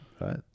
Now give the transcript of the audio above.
right